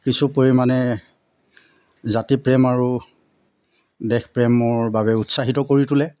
কিছু পৰিমাণে জাতিপ্ৰেম আৰু দেশপ্ৰেমৰ বাবে উৎসাহিত কৰি তোলে